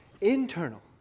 internal